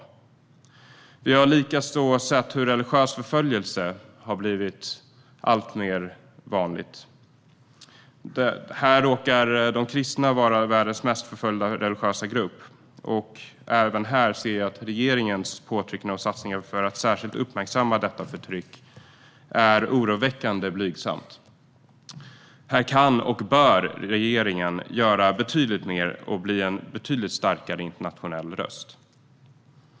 Vi har likaså sett hur religiös förföljelse har blivit allt vanligare. Kristna råkar vara världens mest förföljda religiösa grupp, och även här ser jag att regeringens påtryckningar och satsningar för att särskilt uppmärksamma detta förtryck är oroväckande blygsamma. Här kan och bör regeringen göra betydligt mer och bli en betydligt starkare internationell röst.